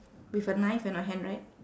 with a knife in her hand right